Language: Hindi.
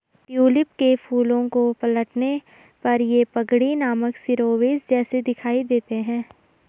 ट्यूलिप के फूलों को पलटने पर ये पगड़ी नामक शिरोवेश जैसे दिखाई देते हैं